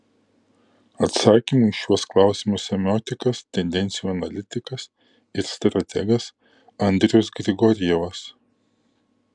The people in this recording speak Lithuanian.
atsakymų į šiuos klausimus semiotikas tendencijų analitikas ir strategas andrius grigorjevas